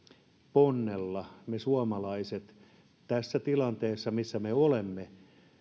ponnella me suomalaiset tässä tilanteessa missä me olemme